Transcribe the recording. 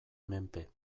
menpe